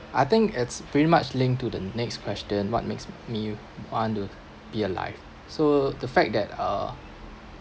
I think it's pretty much linked to the next question what makes me want to be alive so the fact that uh